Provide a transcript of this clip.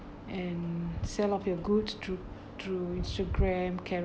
and sell off your goods through through Instagram